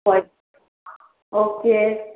ꯍꯣꯏ ꯑꯣꯀꯦ